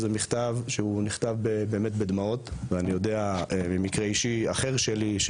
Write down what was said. זה מכתב שנכתב באמת בדמעות ואני יודע ממקרה אישי אחר שלי,